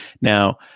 Now